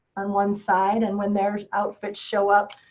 on one side. and when their outfits show up,